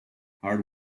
hard